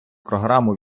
програму